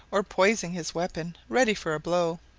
or poising his weapon ready for a blow.